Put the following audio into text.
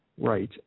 right